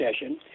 session